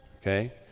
okay